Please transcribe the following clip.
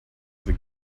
the